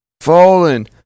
Fallen